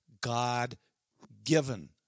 God-given